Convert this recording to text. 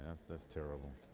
that's terrible.